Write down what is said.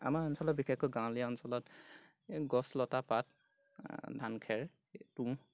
আমাৰ অঞ্চলত বিশেষকৈ গাঁৱলীয়া অঞ্চলত গছ লতা পাত ধানখেৰ তুঁহ